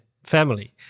Family